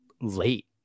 late